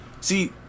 See